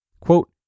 Quote